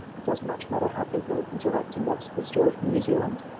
it doesn't much matter how people are interacting, that's the story from new zealand.